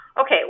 Okay